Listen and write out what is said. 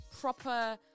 proper